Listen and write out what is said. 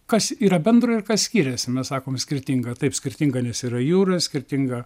kas yra bendra ir kas skiriasi mes sakom skirtinga taip skirtinga nes yra jūra skirtinga